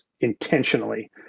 intentionally